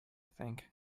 think